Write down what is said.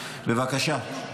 בבקשה,